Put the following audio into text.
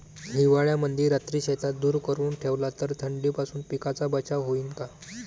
हिवाळ्यामंदी रात्री शेतात धुर करून ठेवला तर थंडीपासून पिकाचा बचाव होईन का?